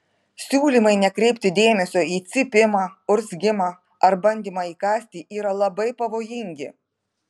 siūlymai nekreipti dėmesio į cypimą urzgimą ar bandymą įkąsti yra labai pavojingi